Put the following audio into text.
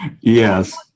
Yes